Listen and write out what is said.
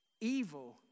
evil